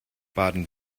baden